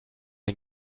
ein